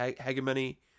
hegemony